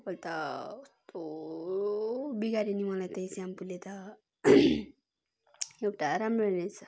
कपाल त कस्तो बिगाऱ्यो नि मलाई त यो स्याम्पोले त एउटा राम्रो रहेन रहेछ